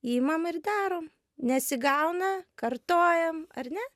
imam ir darom nesigauna kartojam ar ne